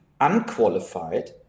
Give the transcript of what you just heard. Unqualified